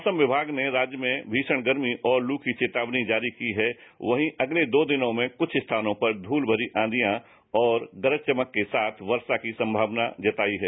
मौसम विमाग राज्य में भीषण गर्मी और लू की चेतावनी जारी की है वहीं अगले दो दिनों में कुछ स्थानों पर धूल भरी आधियां और गरज चमक के साथ वर्षा की संभावना जताई है